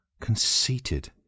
conceited